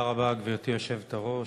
תודה רבה, גברתי היושבת-ראש.